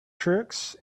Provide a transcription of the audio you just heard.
tricks